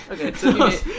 Okay